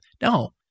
No